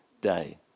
day